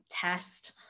test